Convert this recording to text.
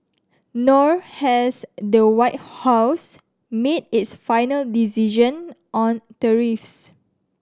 nor has the White House made its final decision on tariffs